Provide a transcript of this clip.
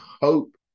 hope